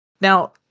Now